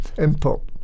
input